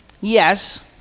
yes